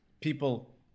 people